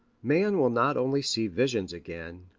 man will not only see visions again,